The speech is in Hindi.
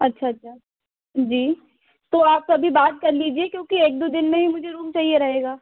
अच्छा अच्छा जी तो आप अभी बात कर लीजिए क्योकि एक दो दिन में ही मुझे रूम चाहिए रहेगा